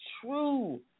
true